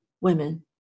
women